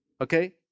Okay